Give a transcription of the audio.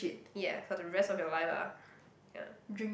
ya for the rest of your life ah ya